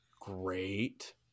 great